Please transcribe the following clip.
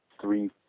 three